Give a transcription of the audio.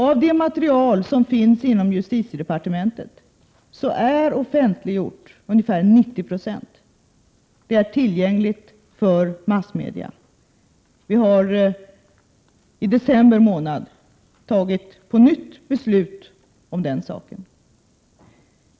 Av det material som finns inom justitiedepartementet har ungefär 90 I offentliggjorts — det är alltså tillgängligt för massmedierna. Vi har i december månad på nytt fattat beslut om den saken.